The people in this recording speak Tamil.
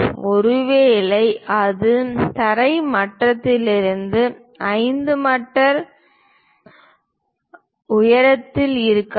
ஒருவேளை அது தரை மட்டத்திலிருந்து 5 மீட்டர் உயரத்தில் இருக்கலாம்